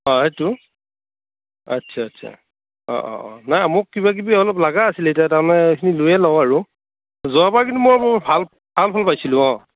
অঁ সেইটো আচ্ছা আচ্ছা আচ্ছা অঁ অঁ অঁ নাই মোক কিবা কিবি অলপ লাগা আছিলে এতিয়া তাৰমানে সেইখিনি লৈয়ে লওঁ আৰু যোৱাবাৰ কিন্তু মই বহুত ভাল ভাল ফল পাইছিলোঁ অঁ